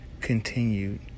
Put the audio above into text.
Continued